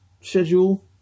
schedule